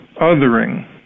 othering